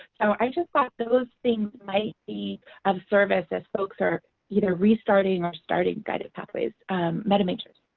so i just thought those things might be of service as folks are either restarting or starting guided pathways meta majors.